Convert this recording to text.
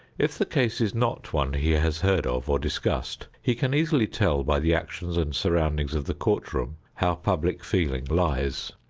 if the case is not one he has heard of or discussed, he can easily tell by the actions and surroundings of the court room how public feeling lies.